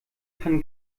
kann